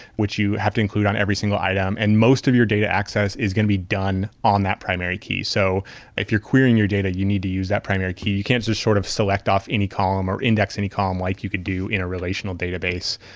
which you have to include on every single item. and most of your data access is going to be done on that primary key. so if you're clearing your data, you need to use that primary key. you can't just sort of select off any column or index to any column like you could do in a relational database.